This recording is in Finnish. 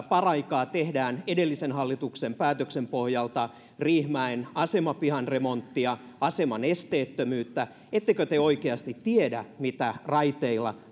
paraikaa tehdään edellisen hallituksen päätöksen pohjalta riihimäen asemapihan remonttia aseman esteettömyyttä ettekö te oikeasti tiedä mitä raiteilla